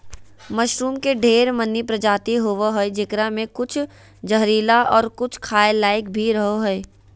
mushroom के ढेर मनी प्रजाति होवो हय जेकरा मे कुछ जहरीला और कुछ खाय लायक भी रहो हय